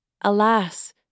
Alas